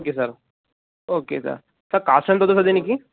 okay sir okay sir sir cost ఎంత అవుతుంది sir దీనికి